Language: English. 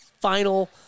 final